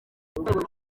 uko